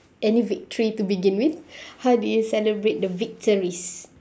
any victory to begin with how do you celebrate the victories